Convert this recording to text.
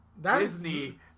Disney